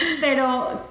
Pero